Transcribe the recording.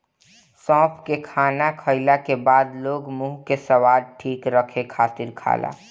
सौंफ के खाना खाईला के बाद लोग मुंह के स्वाद ठीक रखे खातिर खाला